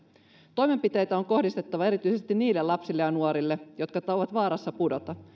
toimenpiteitä on kohdistettava erityisesti niille lapsille ja nuorille jotka ovat vaarassa pudota